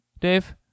Dave